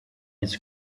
its